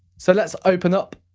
so let's open up